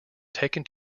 taken